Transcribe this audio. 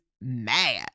mad